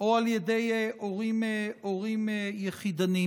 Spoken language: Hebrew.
או על ידי הורים יחידניים.